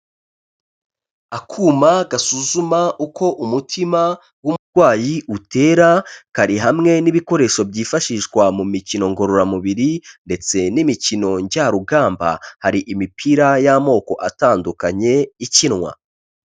Akuma gasuzuma uko umutima w'umurwayi utera, kari hamwe n'ibikoresho byifashishwa mu mikino ngororamubiri ndetse n'imikino njyarugamba. Hari imipira y'amoko atandukanye, ikinwa.